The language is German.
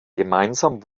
gemeinsam